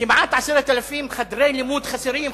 כמעט 10,000 חדרי לימוד חסרים.